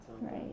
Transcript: Right